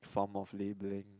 form of labeling